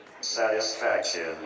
satisfaction